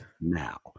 Now